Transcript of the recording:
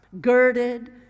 girded